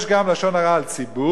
יש גם לשון הרע על ציבור,